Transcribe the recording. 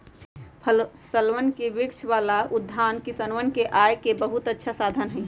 फलवन के वृक्ष वाला उद्यान किसनवन के आय के बहुत अच्छा साधन हई